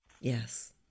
yes